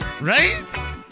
right